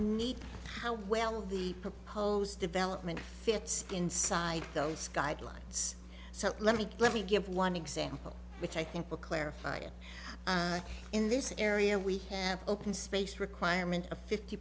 neat how well the proposed development fits inside those guidelines so let me let me give one example which i think will clarify it in this area we open space requirement a fifty